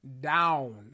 down